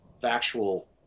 factual